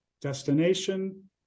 destination